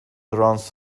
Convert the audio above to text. runs